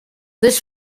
this